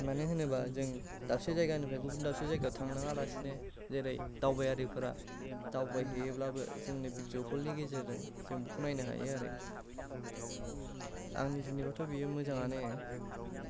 मानोहोनोब्ला जों दाबसे जायगानिफ्राय गुबुन दाबसे जायगायाव थांनाङा लासिनो जेरै दावबायारिफोरा दावबाय हैयोब्लाबो जोंनो भिडिय' कलनि गेजेरजों जों बेखौ नायनो हायो आरो आंनि जुनैब्लाथ' बियो मोजाङानो